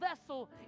vessel